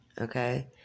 okay